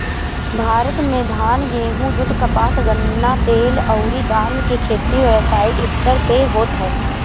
भारत में धान, गेंहू, जुट, कपास, गन्ना, तेल अउरी दाल के खेती व्यावसायिक स्तर पे होत ह